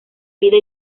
vida